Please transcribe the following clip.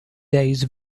days